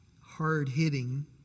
hard-hitting